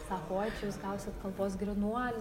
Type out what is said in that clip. sako oi čia jūs gausit kalbos grynuolį